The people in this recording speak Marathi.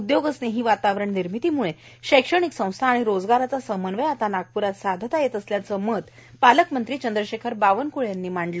उद्योगस्नेही वातावरण निर्मितीम्ळे शैक्षणिक संस्था आणि रोजगार यांचा समन्वय आता नागप्रात साधता येत आहेए असं मत पालकमंत्री चंद्रशेखर बावनक्ळे यांनी मांडलं